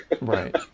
Right